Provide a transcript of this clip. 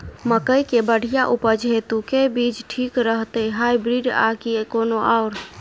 मकई केँ बढ़िया उपज हेतु केँ बीज ठीक रहतै, हाइब्रिड आ की कोनो आओर?